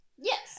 Yes